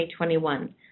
2021